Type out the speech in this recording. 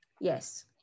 yes